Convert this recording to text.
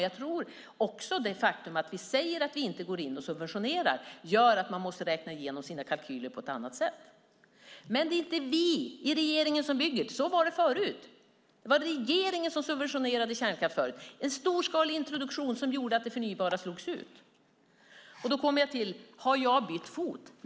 Jag tror också att det faktum att vi säger att vi inte går in och subventionerar gör att man måste räkna igenom sina kalkyler på ett annat sätt. Men det är inte vi i den här regeringen som ser till att det byggs. Så var det förut. Det var regeringen som subventionerade kärnkraft förut - en storskalig introduktion som gjorde att det förnybara slogs ut. Då kommer jag till: Har jag bytt fot?